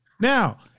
Now